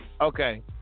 okay